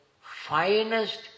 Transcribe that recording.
finest